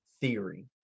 Theory